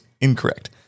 incorrect